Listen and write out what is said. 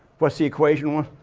what's the equation one? oh,